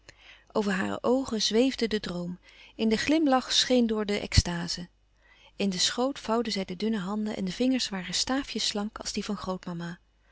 over hare oogen zweefde de droom in den glimlach scheendoor de extaze in den schoot vouwde zij de dunne handen en de vingers waren staafjesslank als die van grootmama